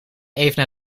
even